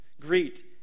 Greet